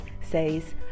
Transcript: says